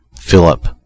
Philip